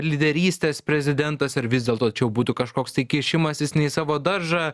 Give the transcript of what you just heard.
lyderystės prezidentas ar vis dėlto čia jau būtų kažkoks tai kišimasis ne į savo daržą